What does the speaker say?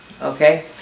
Okay